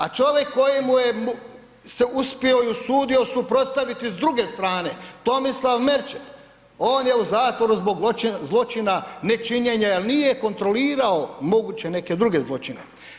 A čovjek kojemu je se uspio i usudio suprotstaviti s druge strane, Tomislav Merčep, on je u zatvoru zbog zločina, nečinjenja jer nije kontrolirao moguće neke druge zločine.